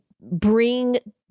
bring